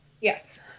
Yes